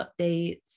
updates